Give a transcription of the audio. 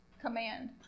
command